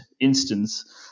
instance